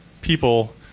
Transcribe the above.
people